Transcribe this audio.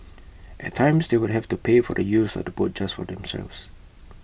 at times they would have to pay for the use of the boat just for themselves